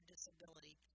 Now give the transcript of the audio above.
disability